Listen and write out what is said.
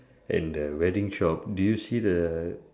and the wedding shop do you see the